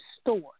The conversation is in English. store